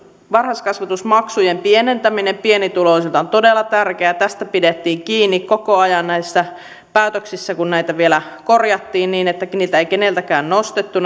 varhaiskasvatusmaksujen pienentäminen pienituloisilta on todella tärkeää tästä pidettiin kiinni koko ajan näissä päätöksissä kun näitä vielä korjattiin että näitä varhaiskasvatusmaksuja ei kenelläkään nostettu